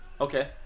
Okay